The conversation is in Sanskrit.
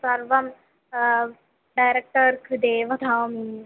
सर्वं डैरेक्टर् कृते वदामि